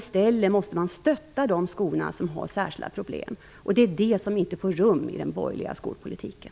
I stället måste man stötta de skolor som har särskilda problem, och det är det som inte får rum i den borgerliga skolpolitiken.